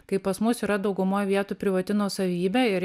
kai pas mus yra dauguma vietų privati nuosavybė ir